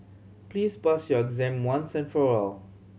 please pass your exam once and for all